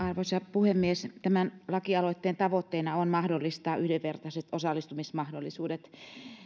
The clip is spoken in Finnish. arvoisa puhemies tämän lakialoitteen tavoitteena on mahdollistaa yhdenvertaiset osallistumismahdollisuudet